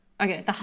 Okay